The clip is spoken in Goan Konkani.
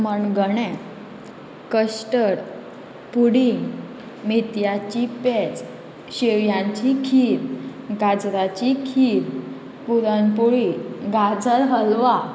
मणगणे कस्टर्ड पुडी मेथयाची पेज शेवयांची खीर गाजराची खीर पुरण पोळी गाजर हलवा